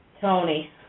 Tony